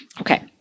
Okay